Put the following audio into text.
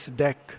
deck